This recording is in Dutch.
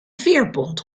veerpont